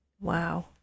Wow